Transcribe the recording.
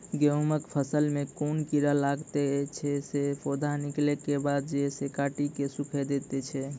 गेहूँमक फसल मे कून कीड़ा लागतै ऐछि जे पौधा निकलै केबाद जैर सऽ काटि कऽ सूखे दैति छै?